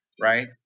right